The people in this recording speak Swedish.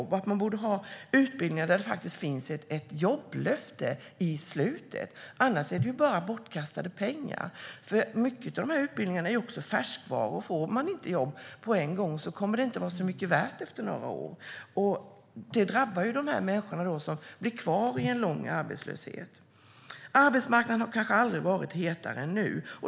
Vi tycker att man borde ha utbildningar där det finns ett jobblöfte i slutet. Annars är det bara bortkastade pengar. Många av de här utbildningarna är färskvaror; om man inte får jobb på en gång kommer inte utbildningen att vara så mycket värd efter några år. Det drabbar människor, som blir kvar i en lång arbetslöshet. Arbetsmarknaden har kanske aldrig varit hetare än nu.